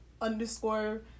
underscore